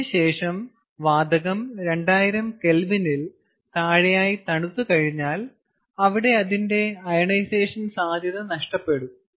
അതിനുശേഷം വാതകം 2000K ൽ താഴെയായി തണുത്തുകഴിഞ്ഞാൽ അവിടെ അതിന്റെ അയോണൈസേഷൻ സാധ്യത നഷ്ടപ്പെടും